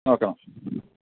നോക്കണോ